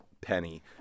penny